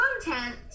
content